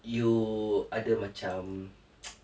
you either macam